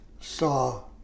saw